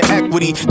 equity